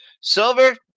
Silver